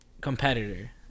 Competitor